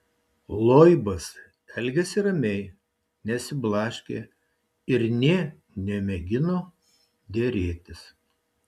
loibas elgėsi ramiai nesiblaškė ir nė nemėgino derėtis